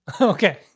Okay